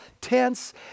tents